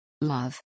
Love